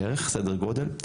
בערך סדר גודל,